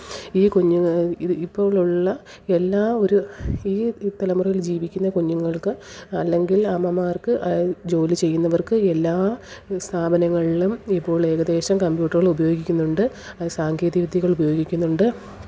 ഈ കുഞ്ഞുങ്ങള് ഇത് ഇപ്പോഴുള്ള എല്ലാ ഒരു ഈ ഈ തലമുറയില് ജീവിക്കുന്ന കുഞ്ഞുങ്ങള്ക്ക് അല്ലെങ്കില് അമ്മമാര്ക്ക് ജോലി ചെയ്യുന്നവര്ക്ക് എല്ലാ സ്ഥപനങ്ങളിലും ഇപ്പോൾ ഏകദേശം കമ്പ്യൂട്ടറുകൾ ഉപയോഗിക്കുന്നുണ്ട് സാങ്കേതിക വിദ്യകൾ ഉപയോഗിക്കുന്നുണ്ട്